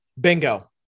bingo